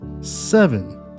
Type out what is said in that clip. seven